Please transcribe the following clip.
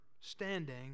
standing